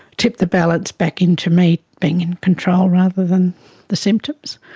tip the balance back into me being in control rather than the symptoms.